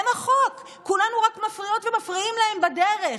כולנו רק מפריעות ומפריעים להם בדרך.